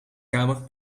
kamer